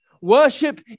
Worship